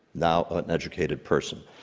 now an educated person.